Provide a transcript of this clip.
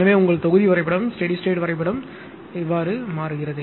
எனவே உங்கள் தொகுதி வரைபடம் ஸ்டெடி ஸ்டேட் வரைபடம் ஆகிறது